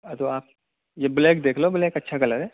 ہاں تو آپ یہ بلیک دیکھ لو بلیک اچھا کلر ہے